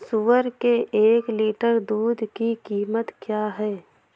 सुअर के एक लीटर दूध की कीमत क्या है?